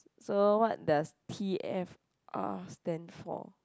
so what does t_f_r stand for